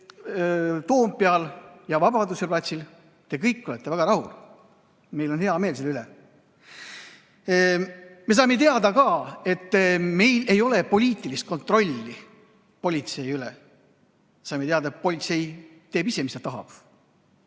Toompeal ja Vabaduse platsil, te kõik olete väga rahul. Meil on hea meel selle üle. Me saime teada ka, et meil ei ole poliitilist kontrolli politsei üle. Saime teada, et politsei teeb ise, mis ta tahab,